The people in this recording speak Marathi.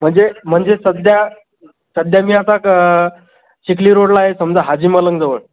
म्हणजे म्हणजे सध्या सध्या मी आता चिखली रोडला आहे समजा हाजी मलंगजवळ